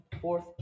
fourth